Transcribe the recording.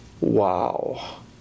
wow